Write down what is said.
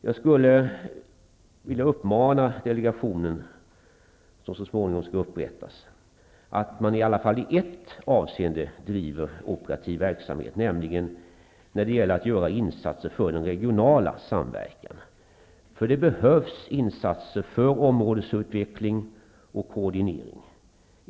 Jag skulle vilja rikta uppmaningen till den delegation som så småningom skall upprättas att i alla fall i ett avseende bedriva operativ verksamhet, nämligen när det gäller att göra insatser för den regionala samverkan. Det behövs insatser för områdesutveckling och koordinering.